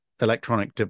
electronic